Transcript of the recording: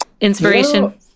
inspiration